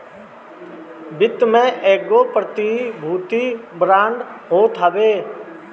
वित्त में एगो प्रतिभूति बांड होत हवे